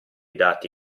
dati